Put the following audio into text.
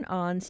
on